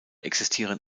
existieren